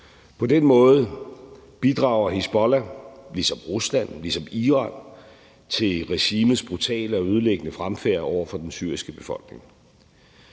På den måde bidrager Hizbollah ligesom Rusland og ligesom Iran til regimets brutale og ødelæggende fremfærd over for den syriske befolkning.